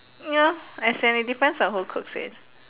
ya as in it depends on who cooks it